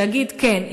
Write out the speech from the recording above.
שיגיד: כן,